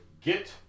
get